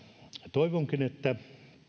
toivonkin että